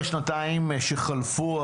בשנתיים שחלפו,